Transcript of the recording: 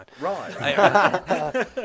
Right